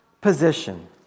position